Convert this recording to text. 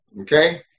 okay